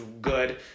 good